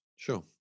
sure